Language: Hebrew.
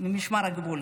ממשמר הגבול,